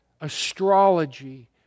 astrology